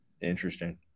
Interesting